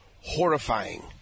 Horrifying